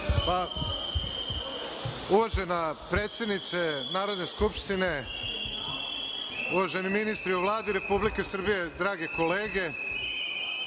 Uvažena predsednice Narodne skupštine, uvaženi ministri u Vladi Republike Srbije, drage kolege,